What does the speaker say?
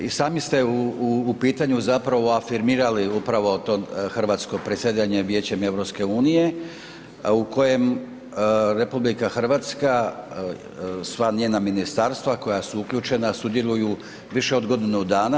I sami ste u pitanju zapravo afirmirali upravo to hrvatsko predsjedanje Vijećem EU-a u kojem RH, sva njena ministarstva koja su u uključena, sudjeluju više od godinu dana.